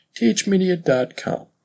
THMedia.com